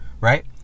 Right